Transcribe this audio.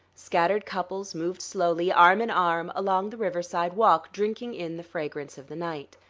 scattered couples moved slowly, arm in arm, along the riverside walk, drinking in the fragrance of the night.